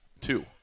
two